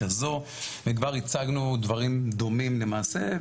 הזו וכבר הצגנו דברים דומים למעשה.